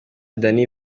danny